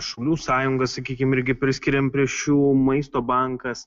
šaulių sąjungą sakykim irgi priskiriam prie šių maisto bankas